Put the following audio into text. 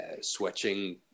Switching